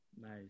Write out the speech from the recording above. Nice